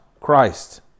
Christ